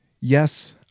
Yes